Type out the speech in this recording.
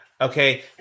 Okay